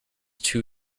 too